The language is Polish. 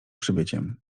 przybyciem